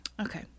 Okay